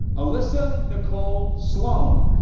alyssa nicole sloan.